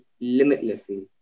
limitlessly